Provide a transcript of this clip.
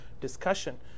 discussion